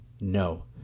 no